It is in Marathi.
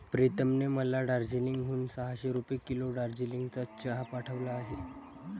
प्रीतमने मला दार्जिलिंग हून सहाशे रुपये किलो दार्जिलिंगचा चहा पाठवला आहे